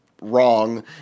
wrong